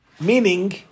Meaning